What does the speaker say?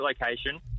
location